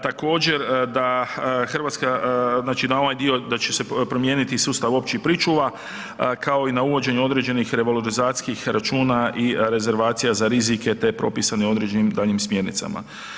Također da hrvatska, znači na ovaj dio da će se promijeniti sustav općih pričuva, kao i na uvođenje određenih revalorizacijskih računa i rezervacija za rizike te propisani određenim daljnjim smjernicama.